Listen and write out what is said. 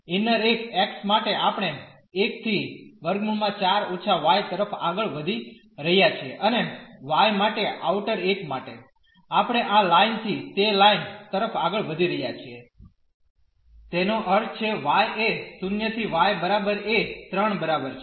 તેથી ઇન્નર એક x માટે આપણે 1 થી4 y તરફ આગળ વધી રહ્યા છીએ અને y માટે આઉટર એક માટે આપણે આ લાઇન થી તે લાઇન તરફ આગળ વધી રહ્યા છીએ તેનો અર્થ છે y એ 0 ¿y બરાબર એ 3 બરાબર છે